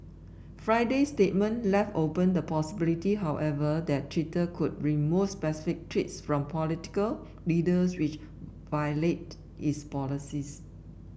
Friday's statement left open the possibility however that Twitter could remove specific tweets from political leaders which violate its policies